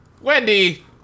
Wendy